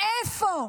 מאיפה?